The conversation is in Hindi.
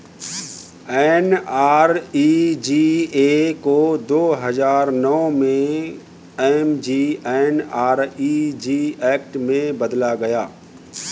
एन.आर.ई.जी.ए को दो हजार नौ में एम.जी.एन.आर.इ.जी एक्ट में बदला गया